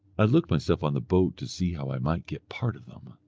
i looked myself on the boat to see how i might get part of them.